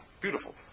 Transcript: Beautiful